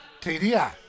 TDI